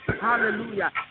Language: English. Hallelujah